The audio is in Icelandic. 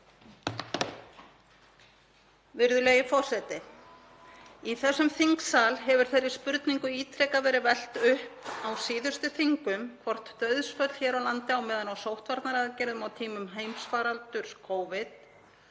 Virðulegi forseti. Í þessum þingsal hefur þeirri spurningu ítrekað verið velt upp á síðustu þingum hvort dauðsföll hér á landi á meðan sóttvarnaaðgerðum á tímum heimsfaraldurs Covid